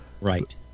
Right